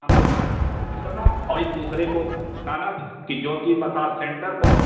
हमारे दु और एक दूसरे को बताना कि ज्योति मसाज सेंटर बहुत